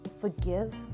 Forgive